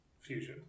fusion